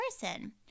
person